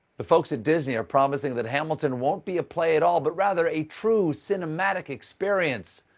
the folks at disney are promising that hamilton won't be a play at all, but rather a true cinematic experience.